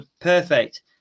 Perfect